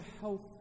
health